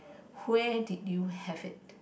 where did you have it